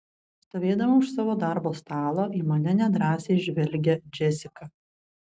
stovėdama už savo darbo stalo į mane nedrąsiai žvelgia džesika